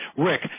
Rick